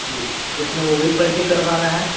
जी इसमें मोबिल पल्टी करवाना है